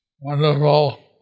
wonderful